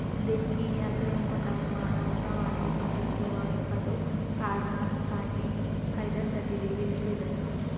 देणगी ह्या धर्मादाय, मानवतावादी मदत किंवा एखाद्यो कारणासाठी फायद्यासाठी दिलेली भेट असा